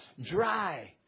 dry